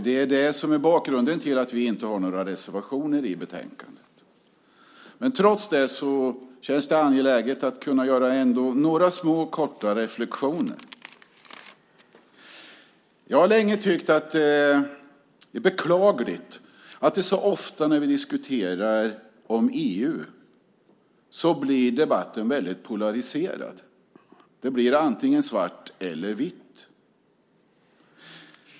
Det är det som är bakgrunden till att vi inte har några reservationer i betänkandet. Trots det känns det angeläget att göra några små korta reflexioner. Jag har länge tyckt att det är beklagligt att debatten så ofta blir polariserad när vi diskuterar EU. Det blir antingen svart eller vitt.